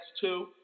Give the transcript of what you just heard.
two